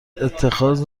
اتخاذ